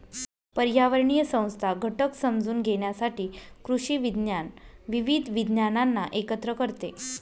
पर्यावरणीय संस्था घटक समजून घेण्यासाठी कृषी विज्ञान विविध विज्ञानांना एकत्र करते